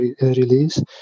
release